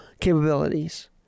capabilities